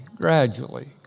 gradually